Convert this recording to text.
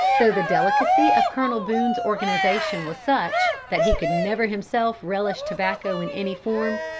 though the delicacy of colonel boone's organization was such, that he could never himself relish tobacco in any form,